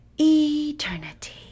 eternity